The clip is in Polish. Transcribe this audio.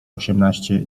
osiemnaście